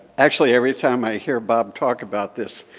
actually, every time i hear bob talk about this,